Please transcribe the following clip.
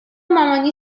مامانی